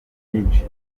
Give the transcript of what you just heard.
byinshi